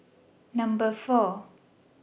Number four